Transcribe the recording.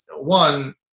one